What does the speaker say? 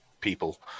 people